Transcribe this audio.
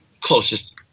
closest